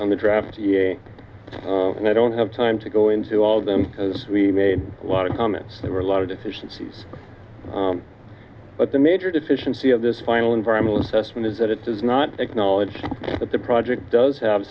on the draft and i don't have time to go into all of them because we made a lot of comments there were a lot of deficiencies but the major deficiency of this final environmental assessment is that it does not acknowledge that the project does have